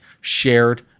shared